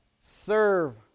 serve